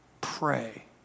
pray